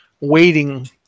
waiting